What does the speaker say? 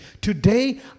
Today